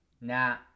Nah